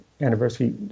anniversary